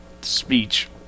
speech